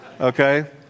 Okay